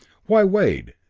why, wade,